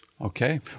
Okay